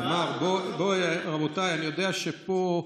תמר, רבותיי, אני יודע שפה,